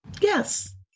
Yes